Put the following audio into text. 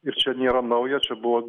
ir čia nėra nauja čia buvo